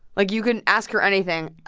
like, you can ask her anything.